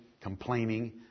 complaining